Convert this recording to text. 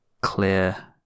clear